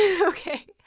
okay